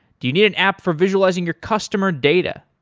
do you need an app for visualizing your customer data?